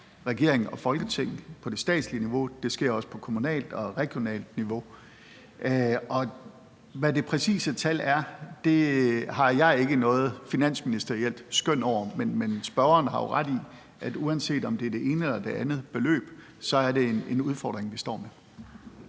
regering og Folketing på det statslige niveau – det sker også på kommunalt og regionalt niveau. Og hvad det præcise tal er, har jeg ikke noget finansministerielt skøn over, men spørgeren har jo ret i, at uanset om det er det ene eller det andet beløb, så er det en udfordring, vi står med.